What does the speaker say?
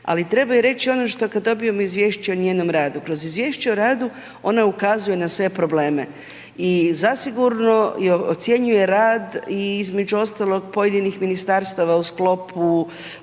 ali treba reći ono što kada dobijemo izvješće o njenom radu, kroz izvješće o radu ona ukazuje na sve probleme. I zasigurno ocjenjuje rad i između ostalog i pojedinih ministarstava u sklopu